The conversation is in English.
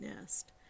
nest